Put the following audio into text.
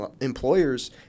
Employers